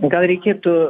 gal reikėtų